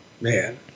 man